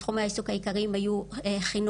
תחומי העיסוק העיקריים היו חינוך,